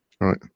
Right